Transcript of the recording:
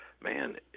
man